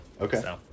okay